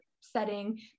setting